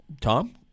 Tom